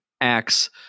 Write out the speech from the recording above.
acts